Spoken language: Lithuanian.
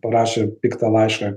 parašė piktą laišką